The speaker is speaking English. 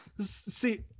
see